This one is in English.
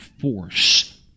force